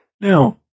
Now